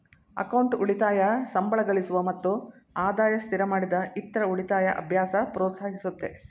account ಉಳಿತಾಯ ಸಂಬಳಗಳಿಸುವ ಮತ್ತು ಆದಾಯ ಸ್ಥಿರಮಾಡಿದ ಇತ್ರ ಉಳಿತಾಯ ಅಭ್ಯಾಸ ಪ್ರೋತ್ಸಾಹಿಸುತ್ತೆ